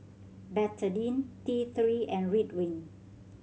Betadine T Three and Ridwind